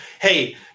Hey